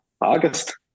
August